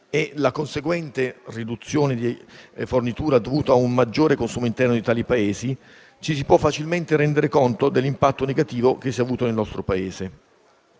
e la conseguente riduzione di fornitura dovuta a un maggiore consumo interno di tali Paesi, ci si può facilmente rendere conto dell'impatto negativo che si è avuto nel nostro Paese.